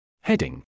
Heading